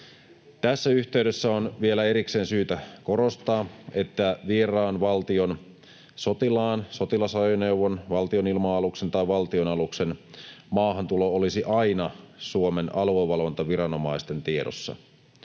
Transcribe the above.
Tässä yhteydessä on vielä erikseen syytä korostaa, että vieraan valtion sotilaan, sotilasajoneuvon, valtionilma-aluksen tai valtionaluksen maahantulo olisi aina Suomen aluevalvontaviranomaisten tiedossa.